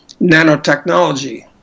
Nanotechnology